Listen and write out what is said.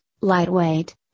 lightweight